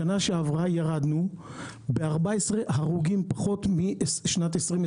בשנה שעברה ירדנו ב-14 הרוגים פחות מ-2021.